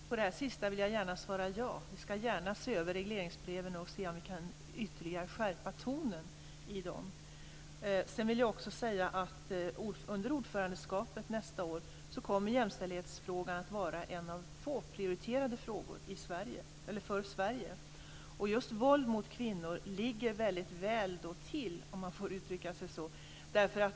Herr talman! På det sista vill jag gärna svara ja. Vi ska gärna se över regleringsbreven och se om vi kan ytterligare skärpa tonen i dem. Sedan vill jag säga att jämställdhetsfrågan under ordförandeskapet nästa år kommer att vara en av få prioriterade frågor för Sverige. Just våld mot kvinnor ligger då väldigt väl till, om man får uttrycka sig så.